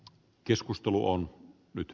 keskustelu on nyt